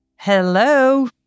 Hello